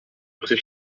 prés